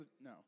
No